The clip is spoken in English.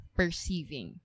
perceiving